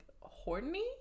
horny